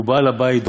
ובעל הבית דוחק.